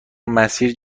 مسیر